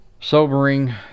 sobering